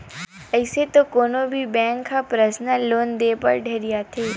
अइसे तो कोनो भी बेंक ह परसनल लोन देय बर ढेरियाथे